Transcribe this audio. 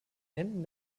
händen